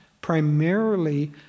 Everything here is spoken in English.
primarily